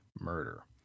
murder